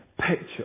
picture